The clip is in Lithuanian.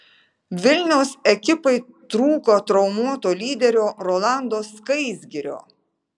vilniaus ekipai trūko traumuoto lyderio rolando skaisgirio